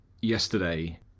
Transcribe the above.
yesterday